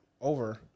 over